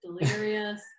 delirious